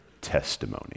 testimony